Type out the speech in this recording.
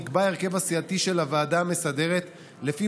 נקבע ההרכב הסיעתי של הוועדה המסדרת לפי